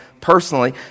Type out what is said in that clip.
personally